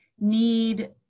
need